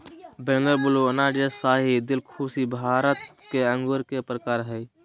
Bangalore blue, Anab e Shahi, Dilkhushi Bharat में अंगूर के प्रकार हय